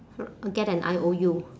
wr~ get an I_O_U